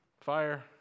fire